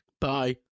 Bye